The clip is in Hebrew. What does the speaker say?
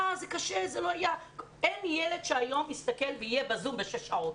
אין ילד שהיום יסתכל ויהיה ב-זום שש שעות.